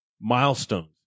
milestones